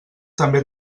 també